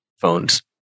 phones